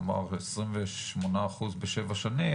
נאמר 28% בשבע שנים,